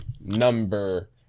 number